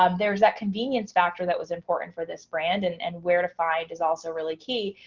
um there's that convenience factor that was important for this brand and and where to find is also really key.